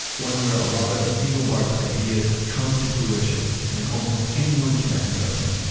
one where a lot of engelbart's ideas have come to fruition and almost anyone can access them,